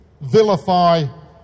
vilify